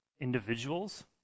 individuals